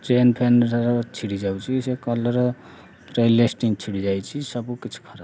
chain ଫେନ୍ର ଛିଡ଼ିଯାଉଛି ସେ କଲର୍ ଛିଡ଼ିଯାଇଛି ସବୁକିଛି ଖରାପ